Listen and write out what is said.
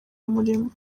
umurimo